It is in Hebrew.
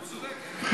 אתה צודק.